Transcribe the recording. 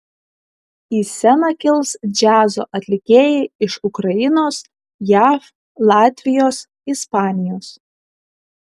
į sceną kils džiazo atlikėjai iš ukrainos jav latvijos ispanijos